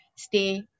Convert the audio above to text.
stay